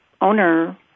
owner